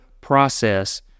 process